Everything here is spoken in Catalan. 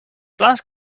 plans